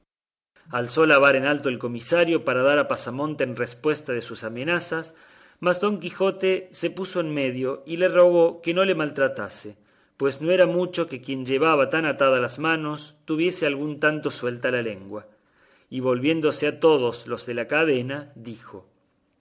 vara en alto el comisario para dar a pasamonte en respuesta de sus amenazas mas don quijote se puso en medio y le rogó que no le maltratase pues no era mucho que quien llevaba tan atadas las manos tuviese algún tanto suelta la lengua y volviéndose a todos los de la cadena dijo